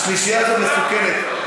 השלישייה הזאת מסוכנת.